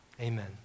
amen